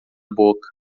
boca